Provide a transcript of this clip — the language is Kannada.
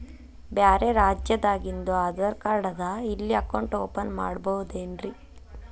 ಬ್ಯಾರೆ ರಾಜ್ಯಾದಾಗಿಂದು ಆಧಾರ್ ಕಾರ್ಡ್ ಅದಾ ಇಲ್ಲಿ ಅಕೌಂಟ್ ಓಪನ್ ಮಾಡಬೋದೇನ್ರಿ?